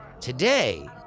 Today